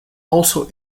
also